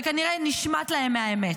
זה כנראה נשמט להם מהאמת.